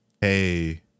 hey